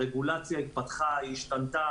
הרגולציה התפתחה והשתנתה,